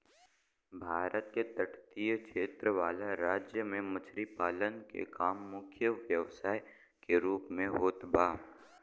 भारत के तटीय क्षेत्र वाला राज्य में मछरी पालन के काम मुख्य व्यवसाय के रूप में होत बा